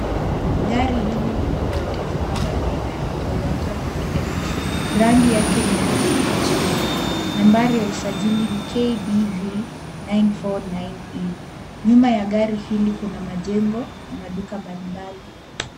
Gari hili lililoegeshwa hapa ni aina ya Toyota Mark X. Rangi yake ni ya kijivu, nambari ya usajili ni KBV 949E. Nyuma ya gari hili kuna majengo na duka mbalimbali.